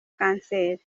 kanseri